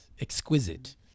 exquisite